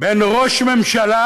בין ראש ממשלה